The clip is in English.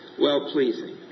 well-pleasing